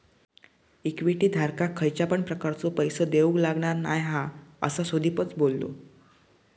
equity धारकाक खयच्या पण प्रकारचो पैसो देऊक लागणार नाय हा, असा सुदीपच बोललो